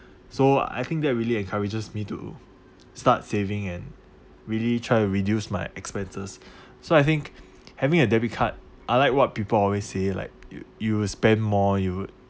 so I think that really encourages me to start saving and really try to reduce my expenses so I think having a debit card I like what people always say like you you will spend more you will